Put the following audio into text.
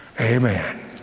amen